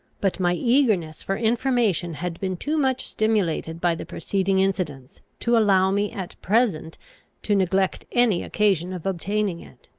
but my eagerness for information had been too much stimulated by the preceding incidents, to allow me at present to neglect any occasion of obtaining it.